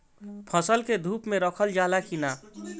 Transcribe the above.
फसल के धुप मे रखल जाला कि न?